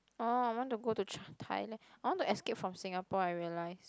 oh I want to go to Cha~ Thailand I want to escape from Singapore I realize